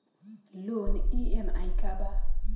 Loan EMI का बा?